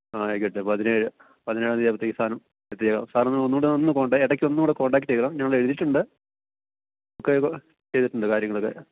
ആ ആയിക്കോട്ടെ പതിനേഴ് പതിനാറാം തീയതി ആകുമ്പോഴത്തേക്കും സാധനം എത്തിച്ചേക്കാം സാറെന്നേ ഒന്നൂടെ ഒന്ന് കോണ്ടാ ഇടക്ക് ഒന്നും കൂടി കോണ്ടാക്റ്റ് ചെയ്തോണം ഞാൻ ഇവിടെ എഴുതിയിട്ടുണ്ട് ഒക്കെ ചെയ്തിട്ടുണ്ട് കാര്യങ്ങളൊക്കെ